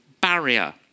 barrier